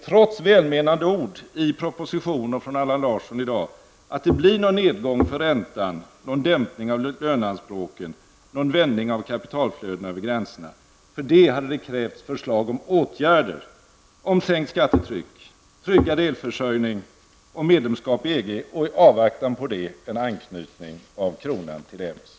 Trots välmenande ord i propositionen och från Allan Larsson här i dag tror jag inte att det blir någon nedgång av räntan, någon dämpning av löneanspråken eller någon förändring av kapitalflödena vid gränserna. Härför hade det krävts förslag om åtgärder för sänkning av skattetrycket, tryggad elförsörjning, medlemskap i EG och, i avvaktan på det, en anknytning av kronan till EMS.